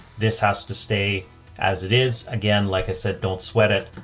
this has to stay as it is. again, like i said, don't sweat it.